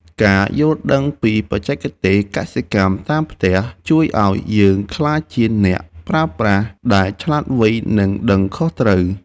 ការយល់ដឹងពីបច្ចេកទេសកសិកម្មតាមផ្ទះជួយឱ្យយើងក្លាយជាអ្នកប្រើប្រាស់ដែលឆ្លាតវៃ និងដឹងខុសត្រូវ។